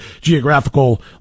geographical